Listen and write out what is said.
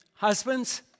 Husbands